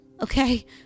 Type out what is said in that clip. okay